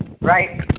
right